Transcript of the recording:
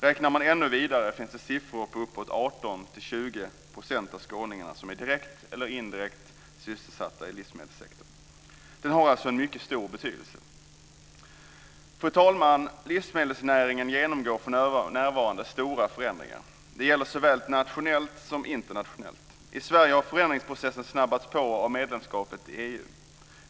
Räknar man vidare får man fram siffror som visar att uppåt 18-20 % av skåningarna är direkt eller indirekt sysselsatta i livsmedelssektorn. Den har alltså en mycket stor betydelse. Fru talman! Livsmedelsnäringen genomgår för närvarande stora förändringar. Det gäller såväl nationellt som internationellt. I Sverige har förändringsprocessen snabbats på av medlemskapet i EU.